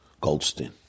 Goldstein